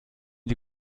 die